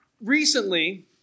Recently